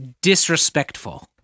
disrespectful